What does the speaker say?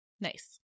Nice